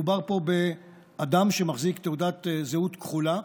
מדובר פה באדם שמחזיק תעודת זהות כחולה.